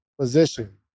position